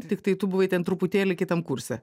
tiktai tu buvai ten truputėlį kitam kurse